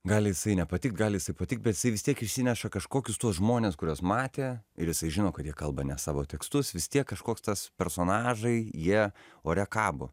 gali nepatikt gali patikt bet vis tiek išsineša kažkokius tuos žmones kuriuos matė ir jisai žino kad jie kalba ne savo tekstus vis tiek kažkoks tas personažai jie ore kabo